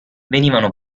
venivano